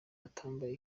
atambaye